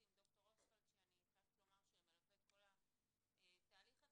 עם ד"ר אוסטפלד שמלווה את כל התהליך הזה,